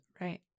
Right